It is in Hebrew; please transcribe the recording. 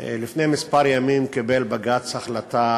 לפני כמה ימים קיבל בג"ץ החלטה